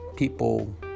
People